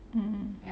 mm mm